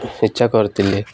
ଇଚ୍ଛା କରିଥିଲି